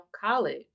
college